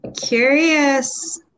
curious